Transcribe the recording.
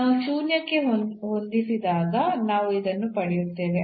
ನಾವು ಶೂನ್ಯಕ್ಕೆ ಹೊಂದಿಸಿದಾಗ ನಾವು ಇದನ್ನು ಪಡೆಯುತ್ತೇವೆ